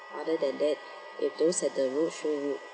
other then that if those at the roadshow